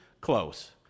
close